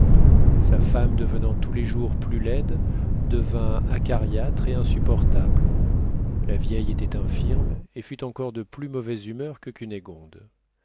sa femme devenant tous les jours plus laide devint acariâtre et insupportable la vieille était infirme et fut encore de plus mauvaise humeur que